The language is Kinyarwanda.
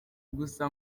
gusa